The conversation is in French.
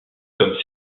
comme